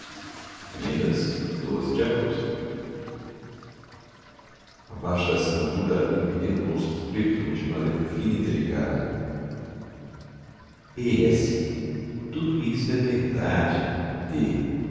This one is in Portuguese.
enviá la minas de agosto abaixo da assinatura havia um pequeno post-scriptum de uma letra fina e delicada p s tudo isto é verdade d